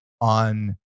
on